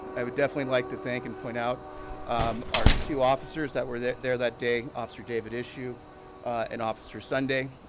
i would definitely like to thank and point out um our two officers that were there there that day, officer david issue and officer sunday,